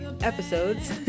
episodes